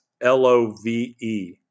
L-O-V-E